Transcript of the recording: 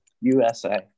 USA